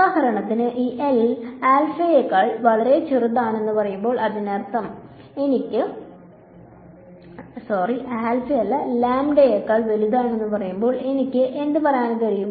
ഉദാഹരണത്തിന് ഈ L നേക്കാൾ വളരെ ചെറുതാണെന്ന് പറയുമ്പോൾ അതിനർത്ഥം എനിക്ക് എന്ത് പറയാൻ കഴിയും